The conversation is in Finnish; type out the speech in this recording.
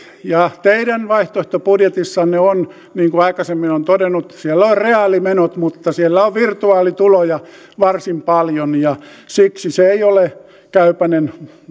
teidän vaihtoehtobudjetissanne on niin kuin aikaisemmin olen todennut reaalimenot mutta siellä on virtuaalituloja varsin paljon siksi se ei ole käypäinen